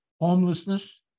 homelessness